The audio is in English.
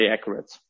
accurate